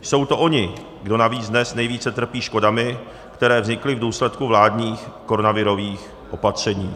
Jsou to oni, kdo navíc dnes nejvíce trpí škodami, které vznikly v důsledku vládních koronavirových opatření.